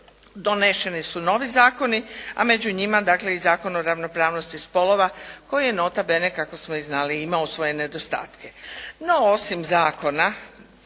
doneseni su novi zakoni, a među njima dakle i Zakon o ravnopravnosti spolova koji je nota bene kako smo i znali imao svoje nedostatke.